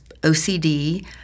OCD